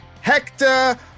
Hector